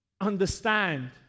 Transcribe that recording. understand